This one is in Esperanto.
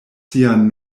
sian